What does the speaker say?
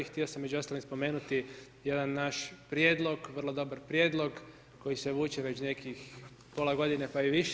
Htio sam među ostalim spomenuti jedan naš prijedlog, vrlo dobar prijedlog koji se vuče već nekih pola godine pa i više.